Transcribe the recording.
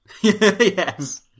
yes